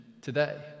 today